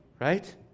right